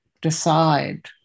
decide